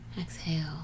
Exhale